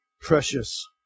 precious